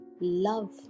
love